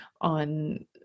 on